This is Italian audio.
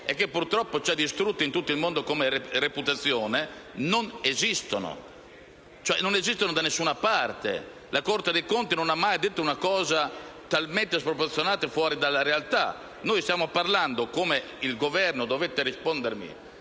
- che purtroppo ci hanno distrutto in tutto il mondo sul piano della reputazione - non esistono da nessuna parte. La Corte dei conti non ha mai detto una cosa talmente sproporzionata e fuori dalla realtà. Stiamo parlando, come il Governo dovette rispondermi